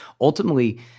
ultimately